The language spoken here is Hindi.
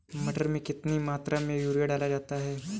मटर में कितनी मात्रा में यूरिया डाला जाता है?